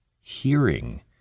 hearing